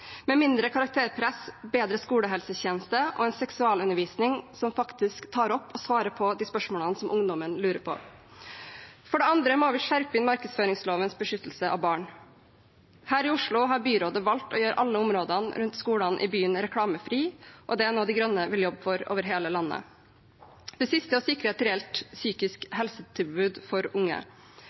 med mindre karakterpress, bedre skolehelsetjeneste og en seksualundervisning som faktisk tar opp og svarer på de spørsmålene ungdommen lurer på. For det andre må vi innskjerpe markedsføringslovens beskyttelse av barn. Her i Oslo har byrådet valgt å gjøre alle områdene rundt skolene i byen reklamefrie, og det er noe De Grønne vil jobbe for over hele landet. Det siste er å sikre et reelt psykisk helsetilbud for unge.